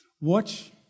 Watch